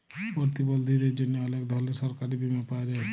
পরতিবলধীদের জ্যনহে অলেক ধরলের সরকারি বীমা পাওয়া যায়